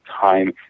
time